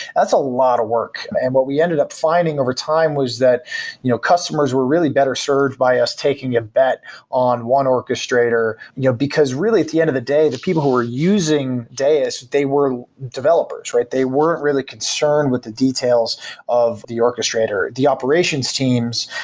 that's a lot of work and what we ended up finding over time was that you know, customers were really better served by us taking a bet on one orchestrator you know because really, at the end of the day, the people who were using deis, they were developers, right? they weren't really concerned with the details of the orchestrator, the operations teams,